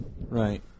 Right